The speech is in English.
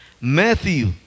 Matthew